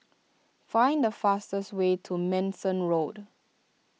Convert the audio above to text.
find the fastest way to Manston Road